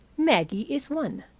maggie is one.